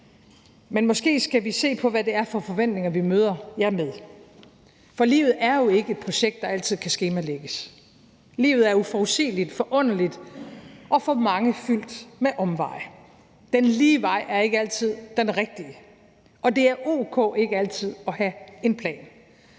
Men måske skal vi se på, hvad det er for forventninger, vi møder jer med, for livet er ikke et projekt, der altid kan skemalægges. Livet er uforudsigeligt, forunderligt, og for mange er det fyldt med omveje. Den lige vej er ikke altid den rigtige, og det er o.k. ikke altid at have en plan.